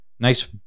Nice